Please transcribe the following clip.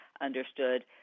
understood